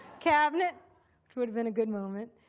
cabinet which would have been a good moment.